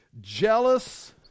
jealous